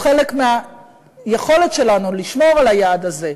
או חלק מהיכולת שלנו לשמור על היעד הזה,